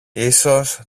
ίσως